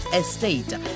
estate